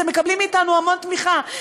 אתם מקבלים מאתנו המון תמיכה.